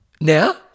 now